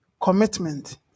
commitment